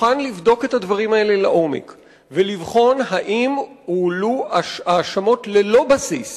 מוכן לבדוק את הדברים האלה לעומק ולבחון האם הועלו האשמות ללא בסיס